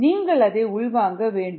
நீங்கள் அதை உள்வாங்க வேண்டும்